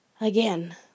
again